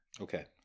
Okay